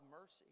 mercy